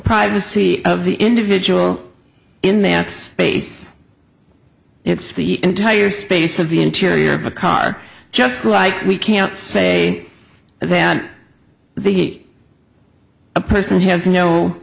privacy of the individual in that space it's the entire space of the interior of a car just like we can't say that they hate a person has no